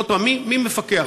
עוד פעם, מי מפקח?